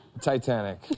Titanic